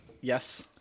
Yes